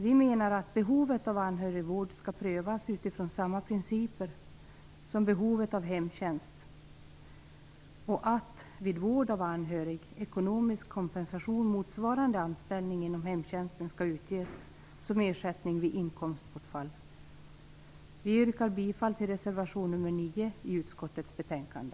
Vi menar att behovet av anhörigvård skall prövas utifrån samma principer som behovet av hemtjänst och att vid vård av anhörig ekonomisk kompensation motsvarande anställning inom hemtjänsten skall utges som ersättning vid inkomstbortfall. Vi yrkar bifall till reservation nr 9 till utskottets betänkande.